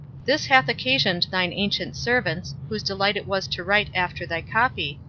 this hath occasioned thine ancient servants, whose delight it was to write after thy copy,